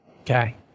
Okay